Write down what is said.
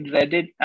Reddit